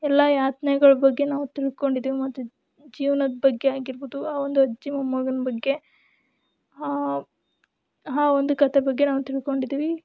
ಎಲ್ಲ ಯಾತ್ನೆಗಳ ಬಗ್ಗೆ ನಾವು ತಿಳ್ಕೊಂಡಿದ್ದೀವಿ ಮತ್ತು ಜೀವ್ನದ ಬಗ್ಗೆ ಆಗಿರ್ಬೌದು ಆ ಒಂದು ಅಜ್ಜಿ ಮೊಮ್ಮಗನ ಬಗ್ಗೆ ಆ ಆ ಒಂದು ಕಥೆ ಬಗ್ಗೆ ನಾವು ತಿಳ್ಕೊಂಡಿದ್ದೀವಿ